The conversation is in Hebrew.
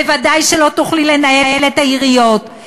ודאי שלא תוכלי לנהל את העיריות.